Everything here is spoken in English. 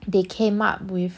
they came up with